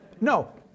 No